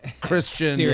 Christian